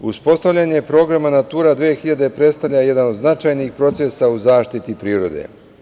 Uspostavljanje programa „Natura 2000“ predstavlja jedan od značajnih procesa u zaštiti prirode.